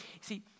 See